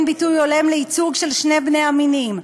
ביטוי הולם לייצוג של בני שני המינים,